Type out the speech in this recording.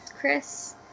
Chris